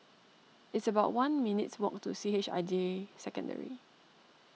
it's about one minutes' walk to C H I J Secondary